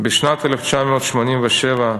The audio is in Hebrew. בשנת 1987,